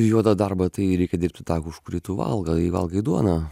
juodą darbą tai reikia dirbti tą už kurį tu valgai valgai duoną